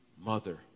mother